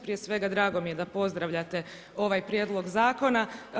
Prije svega drago mi je da pozdravljate ovaj prijedlog zakona.